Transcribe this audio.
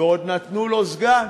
ועוד נתנו לו סגן.